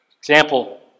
Example